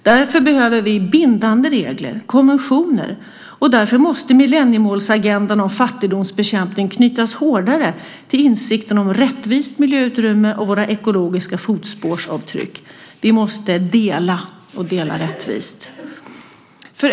Därför behöver vi bindande regler, konventioner, och därför måste millenniemålsagendan om fattigdomsbekämpning knytas hårdare till insikten om rättvist miljöutrymme och våra ekologiska fotavtryck. Vi måste dela, och dela rättvist.